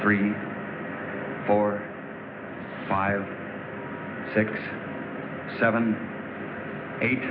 three four five six seven eight